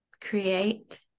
create